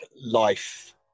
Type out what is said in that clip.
life